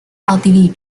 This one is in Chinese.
奥地利